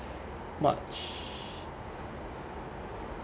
much